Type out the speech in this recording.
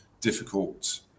difficult